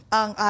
ang